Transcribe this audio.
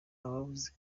ababuze